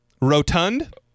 rotund